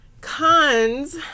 Cons